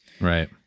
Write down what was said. Right